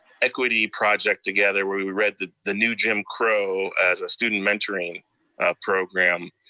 equity project together where we we read, the the new jim crow, as a student mentoring program.